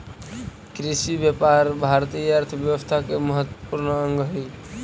कृषिव्यापार भारतीय अर्थव्यवस्था के महत्त्वपूर्ण अंग हइ